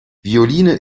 violine